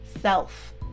self